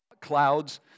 clouds